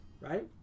Right